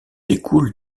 découle